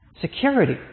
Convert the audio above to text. security